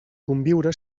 conviure